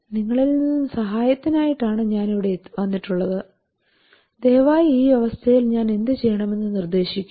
നിങ്ങളിൽ നിന്നും സഹായത്തിനായിട്ടാണ് ഞാൻ ഇവിടെ വന്നിട്ടുള്ളത് ദയവായി ഈ അവസ്ഥയിൽ ഞാൻ എന്ത് ചെയ്യണമെന്ന് നിർദ്ദേശിക്കൂ